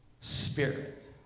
spirit